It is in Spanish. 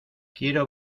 quiero